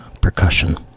percussion